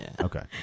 Okay